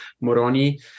Moroni